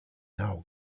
now